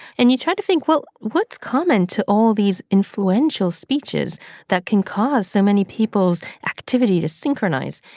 and you try to think, well, what's common to all these influential speeches that can cause so many people's activity to synchronize?